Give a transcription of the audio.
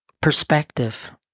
perspective